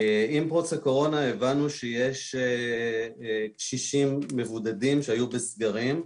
עם פרוץ הקורונה הבנו שיש קשישים מבודדים שהיו בסגרים,